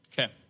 Okay